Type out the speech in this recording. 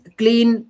clean